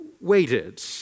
waited